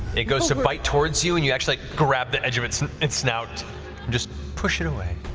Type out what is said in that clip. it goes to bite towards you and you actually grab the edge of its its snout just push it away.